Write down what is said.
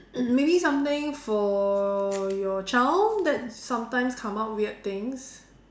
maybe something for your child that sometimes come out weird things